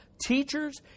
teachers